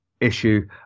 issue